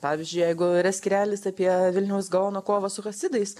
pavyzdžiui jeigu yra skyrelis apie vilniaus gaono kovą su hasidais